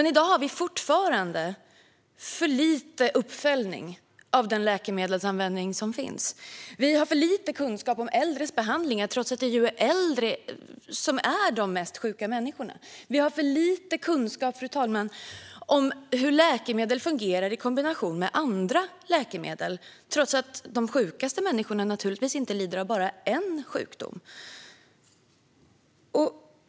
I dag har vi fortfarande för lite uppföljning av läkemedelsanvändningen. Vi har för lite kunskap om äldres behandlingar, trots att det ju är äldre som är mest sjuka. Vi har för lite kunskap om hur läkemedel fungerar i kombination med andra läkemedel, trots att de sjukaste människorna naturligtvis inte lider av bara en sjukdom.